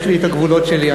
יש לי את הגבולות שלי.